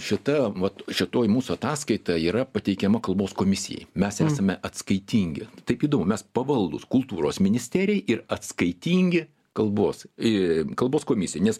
šita mat šitoj mūsų ataskaita yra pateikiama kalbos komisijai mes esame atskaitingi taip įdomu mes pavaldūs kultūros ministerijai ir atskaitingi kalbos į kalbos komisijai nes